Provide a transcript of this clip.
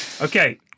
Okay